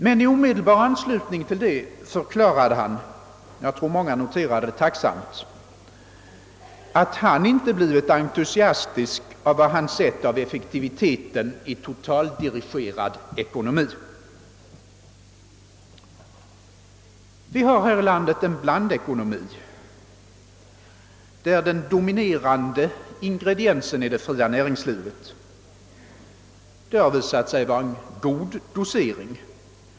Men i omedelbar anslutning till det förklarade han — och jag tror att många noterade detta med tacksamhet — att han inte blivit entusiastisk av vad han sett av effektiviteten i totaldirigerad ekonomi. Vi har här i landet en blandekonomi, där den dominerande ingrediensen är det fria näringslivet. Detta har visat sig vara en god dosering.